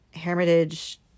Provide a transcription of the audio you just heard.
hermitage